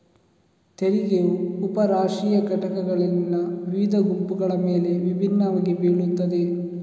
ತೆರಿಗೆಯು ಉಪ ರಾಷ್ಟ್ರೀಯ ಘಟಕಗಳಲ್ಲಿನ ವಿವಿಧ ಗುಂಪುಗಳ ಮೇಲೆ ವಿಭಿನ್ನವಾಗಿ ಬೀಳುತ್ತದೆ